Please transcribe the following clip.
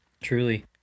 truly